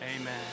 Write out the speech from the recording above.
Amen